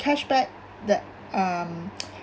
cashback the um